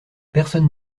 personne